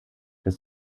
das